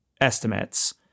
estimates